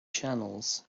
channels